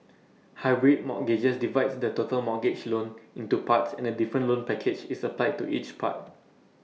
hybrid mortgages divides the total mortgage loan into parts and A different loan package is applied to each part